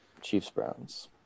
Chiefs-Browns